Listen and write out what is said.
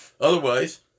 Otherwise